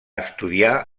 estudiar